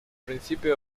principio